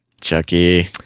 Chucky